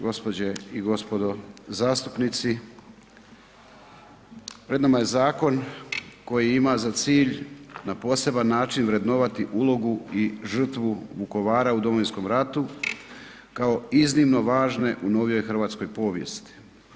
Gospođe i gospodo zastupnici, pred nama je zakon koji ima za cilj na poseban način vrednovati ulogu i žrtvu Vukovara u Domovinskom ratu kao iznimno važne u novijoj hrvatskoj povijesti.